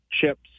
chips